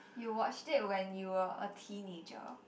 you watched it when you were a teenager